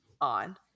on